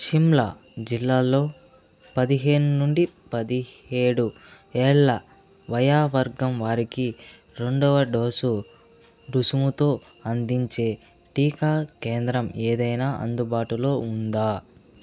షిమ్లా జిల్లాల్లో పదిహేను నుండి పదిహేడు ఏళ్ళ వయావర్గం వారికి రెండవ డోసు రుసుముతో అందించే టీకా కేంద్రం ఏదైనా అందుబాటులో ఉందా